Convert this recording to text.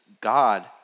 God